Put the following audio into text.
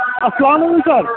اَسلام علیکُم سر